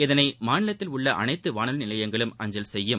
இதனை மாநிலத்தில் உள்ள அனைத்து வானொலி நிலையங்களும் அஞ்சல் செய்யும்